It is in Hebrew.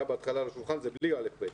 בהתחלה על השולחן היה בלי כיתות א'-ב'.